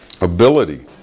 ability